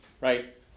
right